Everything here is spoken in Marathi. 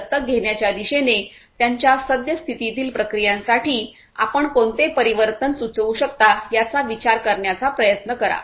दत्तक घेण्याच्या दिशेने त्यांच्या सद्यस्थितीतील प्रक्रियांसाठी आपण कोणते परिवर्तन सुचवू शकता याचा विचार करण्याचा प्रयत्न करा